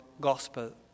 gospel